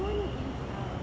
so it's um